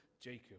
Jacob